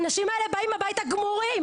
האנשים האלה באים הביתה גמורים,